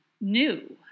new